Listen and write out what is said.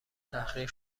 تحقیر